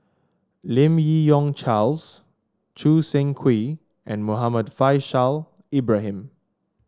Lim Yi Yong Charles Choo Seng Quee and Muhammad Faishal Ibrahim